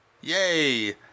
Yay